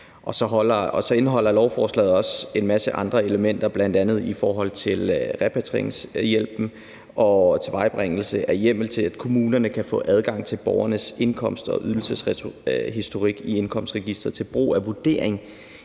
Så indeholder lovforslaget også en masse andre elementer, bl.a. i forhold til repatrieringshjælpen og tilvejebringelse af hjemmel til, at kommunerne kan få adgang til borgernes indkomst- og ydelseshistorik i indkomstregisteret til brug for vurdering